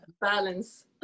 Balance